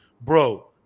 Bro